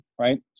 right